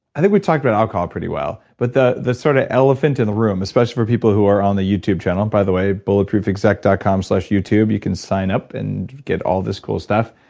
i think we talked about alcohol pretty well, but the the sort of elephant in the room, especially for people who are on the youtube channel by the way, bulletproofexec dot com slash youtube, you can sign up and get all this cool stuff.